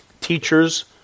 teachers